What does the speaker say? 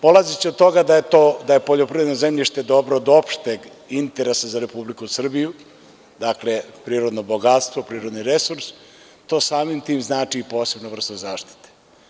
Polazeći od toga da je poljoprivredno zemljište dobro od opšteg interesa za Republiku Srbiju, dakle prirodno bogatstvo, prirodni resurs to samim tim znači i posebnu vrstu zaštite.